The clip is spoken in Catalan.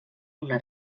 una